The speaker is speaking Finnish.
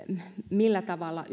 millä tavalla